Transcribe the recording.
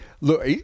look